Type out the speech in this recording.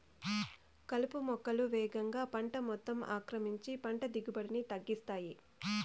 కలుపు మొక్కలు వేగంగా పంట మొత్తం ఆక్రమించి పంట దిగుబడిని తగ్గిస్తాయి